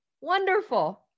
Wonderful